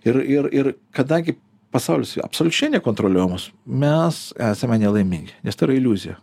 ir ir ir kadangi pasaulis absoliučiai nekontroliuojamas mes esame nelaimingi nes tai yra iliuzija